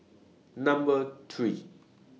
Number three